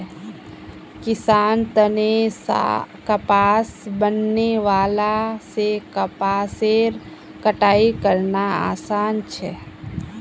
किसानेर तने कपास बीनने वाला से कपासेर कटाई करना आसान छे